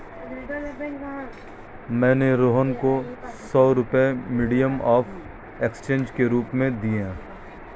मैंने रोहन को सौ रुपए मीडियम ऑफ़ एक्सचेंज के रूप में दिए